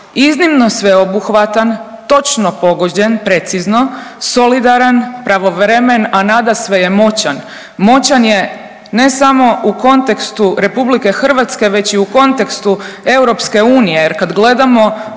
iznimno sveobuhvatan, točno pogođen, precizno, solidaran, pravovremen, a nadasve je moćan. Moćan je ne samo u kontekstu RH već i u kontekstu EU jer kad gledamo